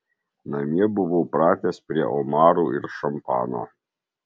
namie buvau pratęs prie omarų ir šampano